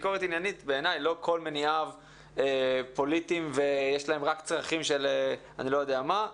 בעיניי לא כל מניעיו פוליטיים ויש להם רק צרכים של אני לא יודע מה.